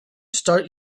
start